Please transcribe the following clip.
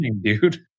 dude